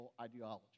ideology